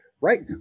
right